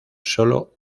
sólo